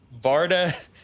Varda